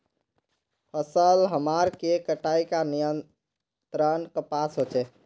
फसल हमार के कटाई का नियंत्रण कपास होचे?